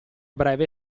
breve